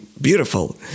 beautiful